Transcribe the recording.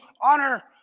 honor